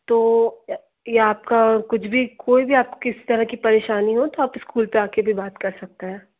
तो या आपका कुछ भी कोई भी आप किस तरह की परेशानी हो तो आप स्कूल पर आकर भी बात कर सकते हैं